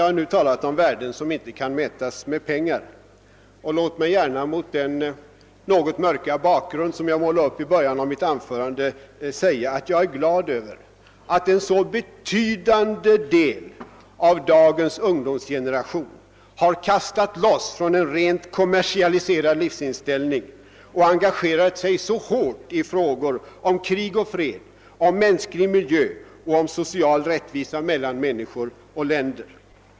Jag har nu talat om värden som inte kan mätas i pengar, och låt mig gärna mot den något mörka bakgrund som jag dragit upp i början av mitt anförande säga, att jag är glad över att en så betydande del av dagens unga generation har kastat loss från en rent kommersialiserad livsinställning och engagerat sig så hårt i frågor om krig och fred, om mänsklig miljö och om social rättvisa mellan människor och länder.